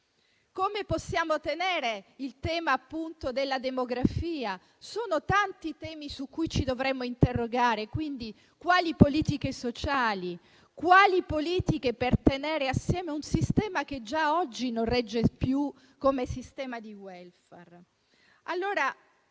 Come possiamo tenere il tema della demografia? Sono tanti i temi su cui ci dovremmo interrogare: quali politiche sociali e quali politiche attuare per tenere assieme un sistema che già oggi non regge più come sistema di *welfare*?